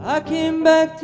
i come back